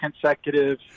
consecutive